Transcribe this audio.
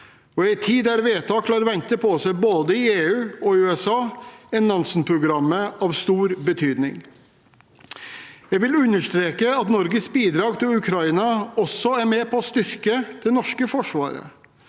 I en tid der vedtak lar vente på seg i både EU og USA, er Nansen-programmet av stor betydning. Jeg vil understreke at Norges bidrag til Ukraina også er med på å styrke det norske forsvaret.